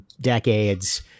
decades